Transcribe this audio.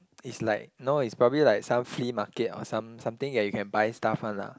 it's like no it's probably like some flea market or some something that you can buy stuff [one] lah